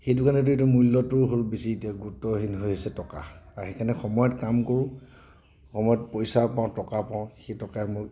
সেইটো কাৰণেইটো এতিয়া মূল্যতো হ'ল বেছি এতিয়া গুৰুত্বহীন হৈ আছে টকা আৰু সেইকাৰণে সময়ত কাম কৰোঁ সময়ত পইচা পাওঁ টকা পাওঁ সেই টকাৰে মই